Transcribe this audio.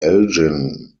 elgin